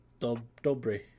dobry